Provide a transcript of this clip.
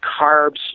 carbs